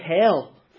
hell